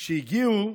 כשהגיעו,